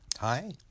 Hi